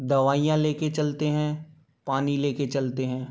दवाइयाँ लेकर चलते हैं पानी लेकर चलते हैं